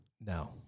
No